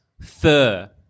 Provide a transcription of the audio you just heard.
Fur